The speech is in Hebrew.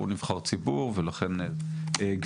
הוא נבחר ציבור, ולכן הוא דיבר